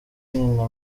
nyina